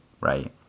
right